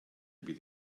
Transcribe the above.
bydd